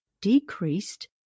decreased